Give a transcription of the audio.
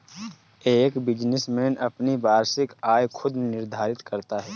एक बिजनेसमैन अपनी वार्षिक आय खुद निर्धारित करता है